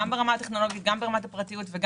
גם ברמה הטכנולוגית וגם ברמת הפרטיות.